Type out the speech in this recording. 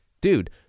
Dude